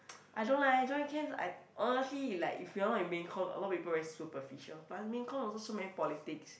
I don't like I join camps I honestly like if you're not in the main comm a lot of people very superficial but in main common also so many politics